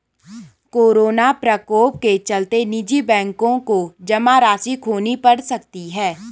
corona प्रकोप के चलते निजी बैंकों को जमा राशि खोनी पढ़ सकती है